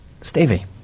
stevie